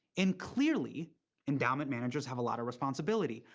and clearly endowment managers have a lot of responsibility.